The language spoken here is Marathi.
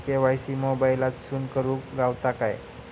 के.वाय.सी मोबाईलातसून करुक गावता काय?